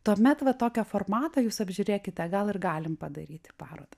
tuomet va tokio formato jūs apžiūrėkite gal ir galim padaryti parodą